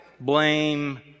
blame